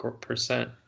percent